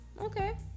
Okay